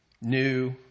new